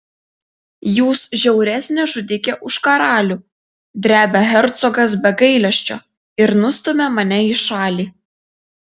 jūs žiauresnė žudikė už karalių drebia hercogas be gailesčio ir nustumia mane į šalį